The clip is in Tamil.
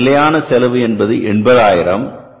நமது நிலையான செலவு என்பது 80000